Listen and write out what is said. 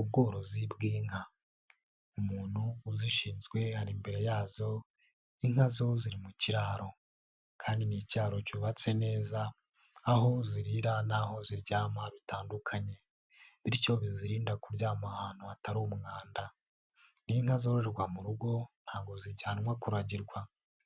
Ubworozi bw'inka, umuntu uzishinzwe ari imbere yazo inka zo ziri mu kiraro kandi ni ikiraro cyubatse neza aho zirira n'aho ziryama bitandukanye bityo bizirinda kuryama ahantu hatari umwanda, ni inka zororwa mu rugo ntabwo zijyanwa kuragirwa,